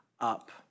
up